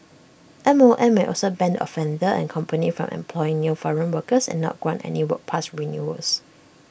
M O M may also ban offender and company from employing new foreign workers and not grant any work pass renewals